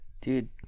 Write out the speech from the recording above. Dude